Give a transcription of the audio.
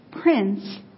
Prince